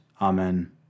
Amen